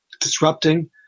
disrupting